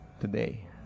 today